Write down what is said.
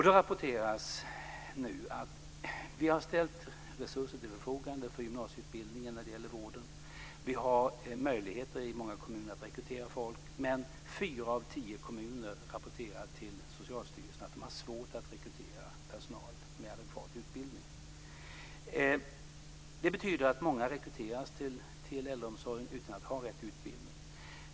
Då rapporteras det nu att vi har ställt resurser till förfogande för gymnasieutbildningen när det gäller vården. Vi har möjligheter att rekrytera folk i många kommuner, men fyra av tio kommuner rapporterar till Socialstyrelsen att de har svårt att rekrytera personal med adekvat utbildning. Det betyder att många rekryteras till äldreomsorgen utan att ha rätt utbildning.